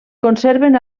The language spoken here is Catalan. conserven